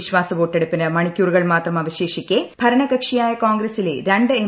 വിശ്വാസവോട്ടെടുപ്പിന് മണിക്കൂറുകൾ മാത്രം അവശേഷിക്കെ ഭരണകക്ഷിയായ കോൺഗ്രസിലെ രണ്ട് എം